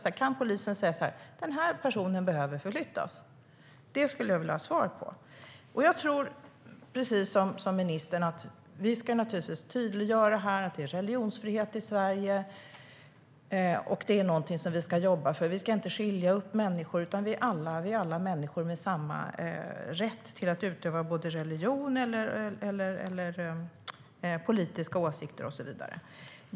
Kan polisen säga att den här personen behöver förflyttas? Det skulle jag vilja ha svar på. Precis som ministern tycker jag naturligtvis att vi ska tydliggöra att det är religionsfrihet i Sverige och att vi ska jobba för det. Vi ska inte skilja människor åt. Alla människor har samma rätt att utöva sin religion, uttrycka politiska åsikter och så vidare.